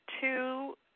two